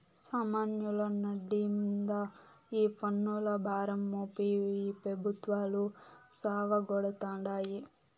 సామాన్యుల నడ్డి మింద ఈ పన్నుల భారం మోపి ఈ పెబుత్వాలు సావగొడతాండాయి